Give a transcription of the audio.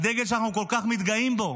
הדגל שאנחנו כול כך מתגאים בו.